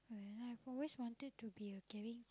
and I've always wanted to be a caring